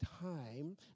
time